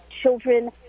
children